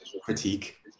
critique